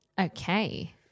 Okay